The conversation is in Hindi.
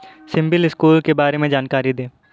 सिबिल स्कोर के बारे में जानकारी दें?